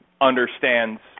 understands